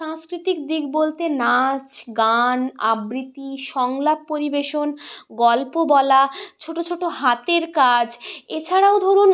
সাংস্কৃতিক দিক বলতে নাচ গান আবৃত্তি সংলাপ পরিবেশন গল্প বলা ছোট ছোট হাতের কাজ এছাড়াও ধরুন